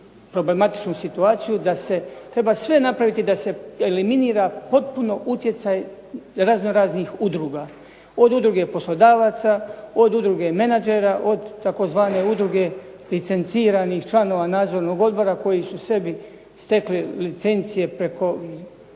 problematičnu situaciju da treba sve napraviti da se eliminira potpuno utjecaj razno raznih udruga, od udruge poslodavaca, od udruge menadžera od udruge licenciranih članova nadzornih odbora koji su stekli licencije preko